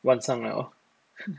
晚上了